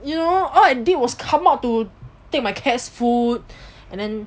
you know all I did was come out to take my cat's food and then